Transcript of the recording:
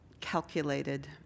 calculated